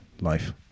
Life